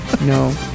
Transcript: no